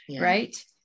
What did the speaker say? right